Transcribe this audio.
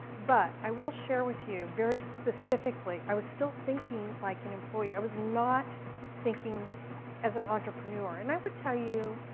but i will share with you, very specifically, i still thinking like an employee. i was not thinking as an entrepreneur and i would tell you,